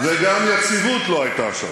וגם יציבות לא הייתה שם.